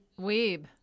Weeb